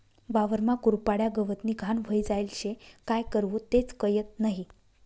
वावरमा कुरपाड्या, गवतनी घाण व्हयी जायेल शे, काय करवो तेच कयत नही?